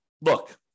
look